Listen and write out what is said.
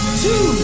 two